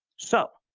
so,